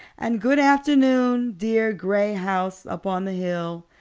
and good afternoon, dear gray house up on the hill.